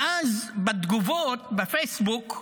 ואז בתגובות בפייסבוק,